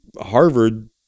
harvard